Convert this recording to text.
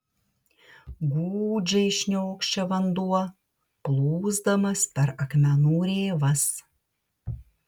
gūdžiai šniokščia vanduo plūsdamas per akmenų rėvas